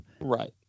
right